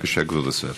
בבקשה, כבוד השר.